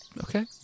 Okay